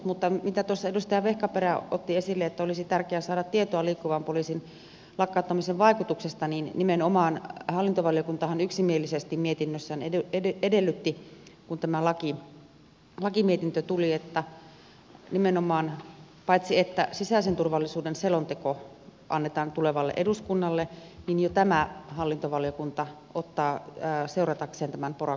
mutta mitä tuossa edustaja vehkaperä otti esille että olisi tärkeää saada tietoa liikkuvan poliisin lakkauttamisen vaikutuksesta niin nimenomaan hallintovaliokuntahan yksimielisesti mietinnössään edellytti kun tämä lakimietintö tuli että nimenomaan paitsi että sisäisen turvallisuuden selonteko annetaan tulevalle eduskunnalle jo tämä hallintovaliokunta ottaa seuratakseen tämän pora iiin vaikutuksia